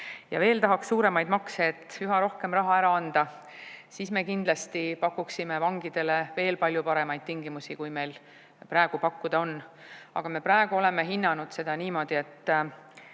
ja tahaks veel suuremaid makse, et üha rohkem raha ära anda, siis me kindlasti pakuksime vangidele veel palju paremaid tingimusi, kui meil praegu pakkuda on. Aga me praegu oleme hinnanud seda niimoodi, et